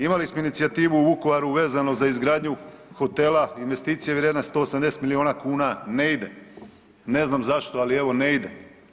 Imali smo inicijativu u Vukovaru vezano za izgradnju hotela, investicije vrijedne 180 milijuna kuna ne ide, ne znam zašto, ali evo ne ide.